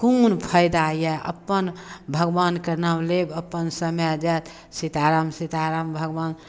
कोन फायदा यए अपन भगवानके नाम लेब अपन समय जायत सीता राम सीता राम भगवान